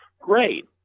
Great